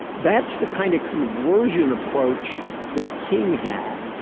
that's the kind of conversion approach that king had.